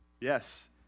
Yes